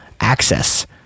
Access